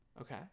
Okay